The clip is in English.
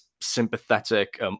sympathetic